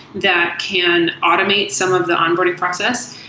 that can automate some of the onboarding process.